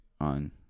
on